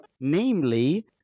Namely